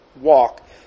walk